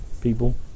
People